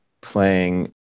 playing